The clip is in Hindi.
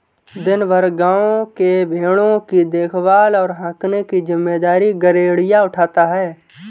दिन भर गाँव के भेंड़ों की देखभाल और हाँकने की जिम्मेदारी गरेड़िया उठाता है